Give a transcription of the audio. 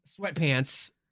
sweatpants